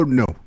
no